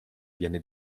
viene